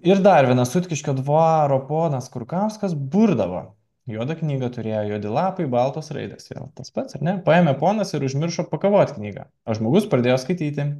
ir dar vienas sutkiškio dvaro ponas kurkauskas burdavo juodą knygą turėjo juodi lapai baltas raides ir tas pats ar ne paėmė ponas ir užmiršo pakavot knygą o žmogus pradėjo skaityti